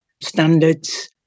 standards